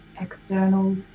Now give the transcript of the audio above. external